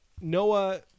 Noah